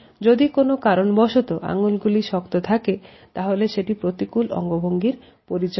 যদি কোনো কারণবশত আঙুলগুলি শক্ত থাকে তাহলে সেটি প্রতিকূল অঙ্গভঙ্গি করে